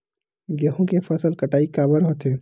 गेहूं के फसल कटाई काबर होथे?